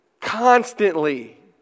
constantly